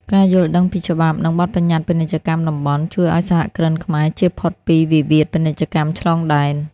ការយល់ដឹងពីច្បាប់ និងបទបញ្ញត្តិពាណិជ្ជកម្មតំបន់ ជួយឱ្យសហគ្រិនខ្មែរជៀសផុតពីវិវាទពាណិជ្ជកម្មឆ្លងដែន។